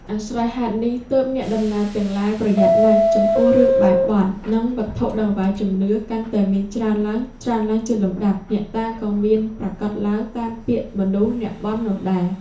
អាស្រ័យហេតុនេះ ទើបអ្នកដំណើរទាំងឡាយប្រយ័ត្នណាស់ ចំពោះរឿងបែរបន់ និងវត្ថុតង្វាយជំនឿកាន់តែមានច្រើនឡើងៗជាលំដាប់ អ្នកតាក៏មានប្រាកដឡើងតាមពាក្យមនុស្សអ្នកបន់នោះដែរ ។